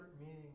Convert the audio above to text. meaning